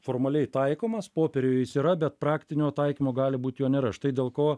formaliai taikomas popieriuj jis yra bet praktinio taikymo gali būt jo nėra štai dėl ko